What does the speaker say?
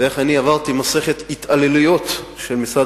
ואיך אני עברתי מסכת התעללויות של משרד